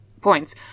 points